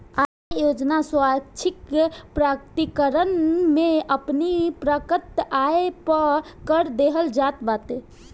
आय योजना स्वैच्छिक प्रकटीकरण में अपनी प्रकट आय पअ कर देहल जात बाटे